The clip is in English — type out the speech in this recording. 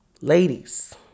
ladies